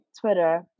Twitter